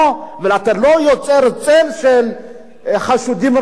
ואתה לא יוצר צל של חשודים רבים.